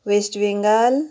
West Bengal